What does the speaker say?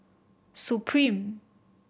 supreme